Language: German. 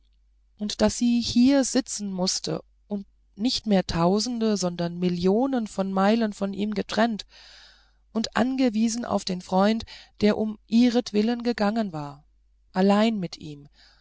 und daß sie hier sitzen mußte nicht mehr tausende sondern millionen von meilen von ihm getrennt und angewiesen auf den freund der um ihretwillen gegangen war allein mit ihm